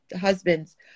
husbands